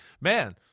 man